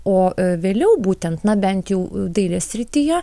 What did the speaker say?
o vėliau būtent na bent jau dailės srityje